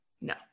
No